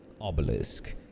obelisk